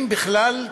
אם בכלל,